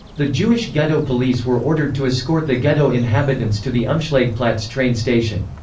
the jewish ghetto police were ordered to escort the ghetto inhabitants to the umschlagplatz train station.